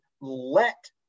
let